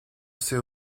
sait